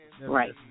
right